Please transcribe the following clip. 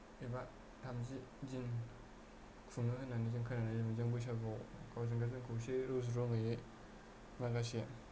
एबा थामजि दिन खुङो होन्नानै जों खोनानाय मोनदों जों बैसागुआव गावजों गाव जोंखौ इसे रुज्र'होयो माखासे